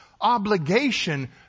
obligation